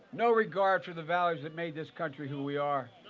no regard for the values that made this country who we are.